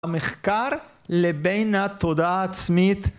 המחקר לבין התודעה העצמית